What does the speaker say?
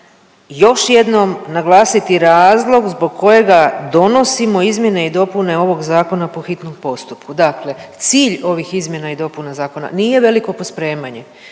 još jednom naglasiti razlog zbog kojega donosimo izmjene i dopune ovog zakona po hitnom postupku. Dakle, cilj ovih izmjena i dopuna zakona nije veliko pospremanje,